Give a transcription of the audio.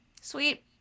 Sweet